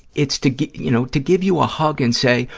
it's to give you know to give you a hug and say,